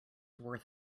worth